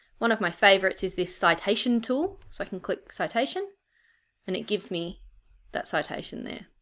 one of my favourite is this citation tool so i can click citation and it gives me that citation there.